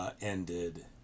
ended